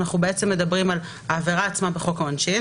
אנחנו בעצם מדברים על העבירה עצמה בחוק העונשין,